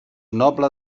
noble